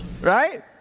Right